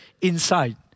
inside